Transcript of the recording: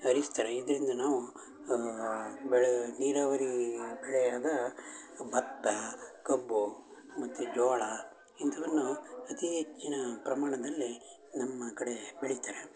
ಹರಿಸ್ತಾರೆ ಇದರಿಂದ ನಾವು ಬೆಳೆ ನೀರಾವರೀ ಬೆಳೆಯಾದ ಬತ್ತ ಕಬ್ಬು ಮತ್ತು ಜೋಳ ಇಂಥವನ್ನು ಅತೀ ಹೆಚ್ಚಿನ ಪ್ರಮಾಣದಲ್ಲಿ ನಮ್ಮ ಕಡೆ ಬೆಳಿತಾರೆ